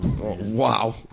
wow